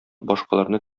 башкаларны